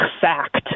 fact